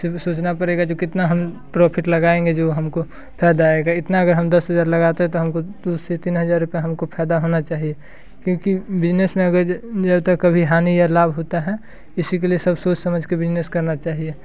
से सोचना पड़ेगा जी कितना हम प्रॉफिट लगाएँगे जो हमको फ़ायदा आएगा इतना अगर हम दस हज़ार लगाते हैं तो हमको दो से तीन हज़ार रुपया हमको फ़ायदा होना चाहिए क्योंकि बिजनेस में अगर जब तक कभी हानि या लाभ होता है इसी के लिए सब सोच समझ के बिजनेस करना चाहिए